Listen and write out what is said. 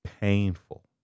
Painful